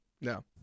No